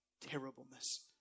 terribleness